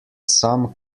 some